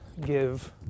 give